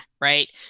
right